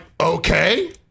okay